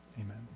Amen